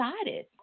excited